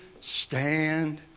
Stand